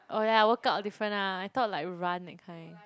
oh yeah workout different ah I thought like run that kind